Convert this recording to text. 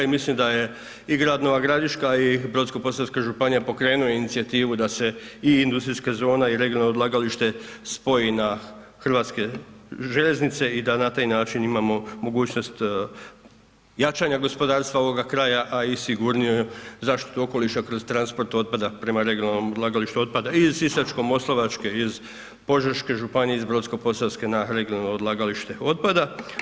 I mislim da je i grad Nova Gradiška i Brodsko-posavska županija pokrenuo inicijativu da se i industrijska zona i regionalno odlagalište spoji na Hrvatske željeznice i da na taj način imamo mogućnost jačanja gospodarstva ovoga kraja, a i sigurniju zaštitu okoliša kroz transport otpada prema regionalnom odlagalištu otpada i iz Sisačko-moslavačke i iz Požeške županija iz Brodsko-posavske na regionalno odlagalište otpada.